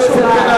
3 מיליוני שקלים?